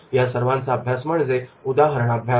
या सर्वाचा अभ्यास म्हणजे उदाहरणाभ्यास